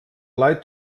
leid